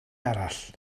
arall